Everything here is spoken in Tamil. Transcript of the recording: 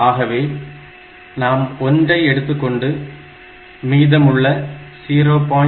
ஆகவே நாம் 1 ஐ எடுத்துக்கொண்டு மீதமுள்ள 0